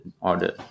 order